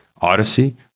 Odyssey